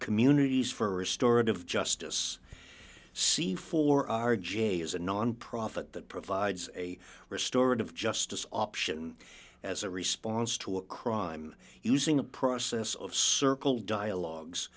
communities for restorative justice see for r j is a nonprofit that provides a restored of justice option as a response to a crime using a process of circle dialogues